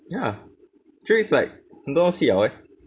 ya three weeks like 很多东西了 leh